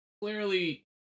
clearly